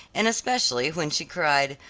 and especially when she cried,